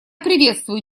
приветствую